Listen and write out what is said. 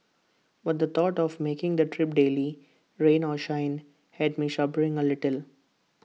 but the thought of making the trip daily rain or shine had me shuddering A little